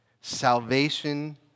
salvation